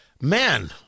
Man